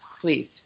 please